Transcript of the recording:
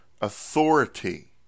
authority